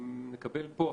אם נקבל פה החלטה.